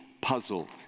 puzzle